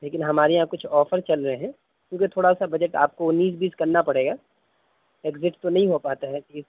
لیکن ہمارے یہاں کچھ آفر چل رہے ہیں کیونکہ تھوڑا سا بجٹ آپ کو انیس بیس کرنا پڑے گا ایکزیکٹ تو نہیں ہو پاتا ہے